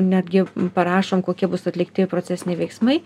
netgi parašom kokie bus atlikti procesiniai veiksmai